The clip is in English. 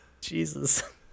Jesus